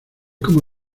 como